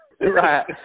Right